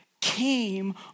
came